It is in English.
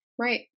right